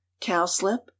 cowslip